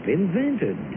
invented